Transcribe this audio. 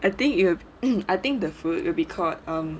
I think you have and I I think the food will be called